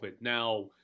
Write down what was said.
Now